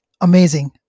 Amazing